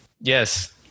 Yes